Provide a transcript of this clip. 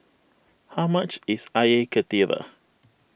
how much is Air Karthira